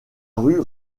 rue